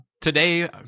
today